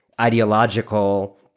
ideological